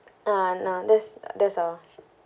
ah no that's that's all